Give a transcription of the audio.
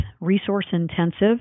resource-intensive